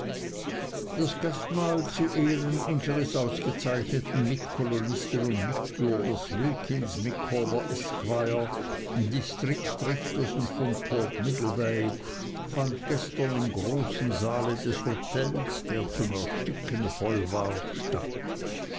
das gastmahl zu ehren unseres ausgezeichneten mitkolonisten und mitbürgers wilkins micawber esquire distriktrichters von port middlebay fand gestern im großen saale des hotels der zum ersticken voll war statt